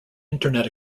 internet